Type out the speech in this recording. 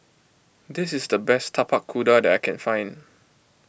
this is the best Tapak Kuda that I can find